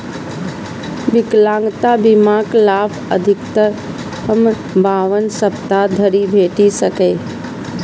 विकलांगता बीमाक लाभ अधिकतम बावन सप्ताह धरि भेटि सकै छै